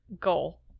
Goal